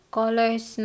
colors